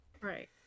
Right